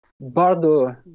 Bardo